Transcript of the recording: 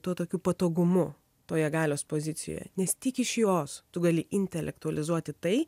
tuo tokiu patogumu toje galios pozicijoje nes tik iš jos tu gali intelektualizuoti tai